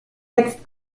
jetzt